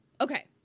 Okay